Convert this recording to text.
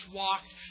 walked